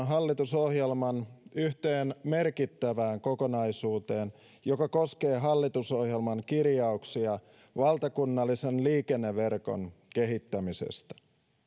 hallitusohjelman yhteen merkittävään kokonaisuuteen joka koskee hallitusohjelman kirjauksia valtakunnallisen liikenneverkon kehittämisestä